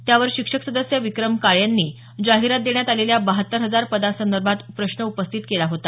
त्यावर शिक्षक सदस्य विक्रम काळे यांनी जाहिरात देण्यात आलेल्या बहात्तर हजार पदांसंदर्भात उपप्रश्न विचारला होता